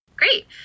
Great